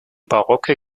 barocke